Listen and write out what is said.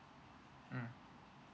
mm